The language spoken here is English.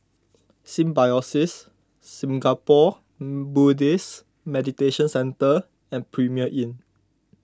Symbiosis Singapore Buddhist Meditation Centre and Premier Inn